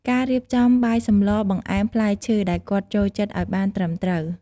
ការរៀបចំ បាយសម្លរ បង្អែម ផ្លែឈើដែលគាត់ចូលចិត្តអោយបានត្រឹមត្រូវ។